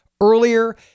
earlier